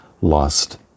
Lost